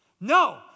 No